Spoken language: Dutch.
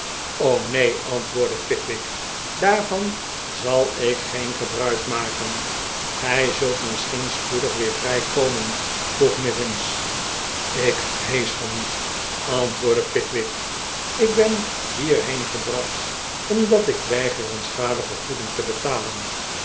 neen antwoordde pickwick daarvan zal ik geen gebruik maken gij zult misschien spoedig weer vrij komen vroeg mivins ik vrees van niet antwoordde pickwick ik ben hierheen gebracht omdat ik weiger een schadevergoeding te betalen